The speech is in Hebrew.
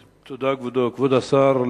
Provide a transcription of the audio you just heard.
תודה, כבוד השר.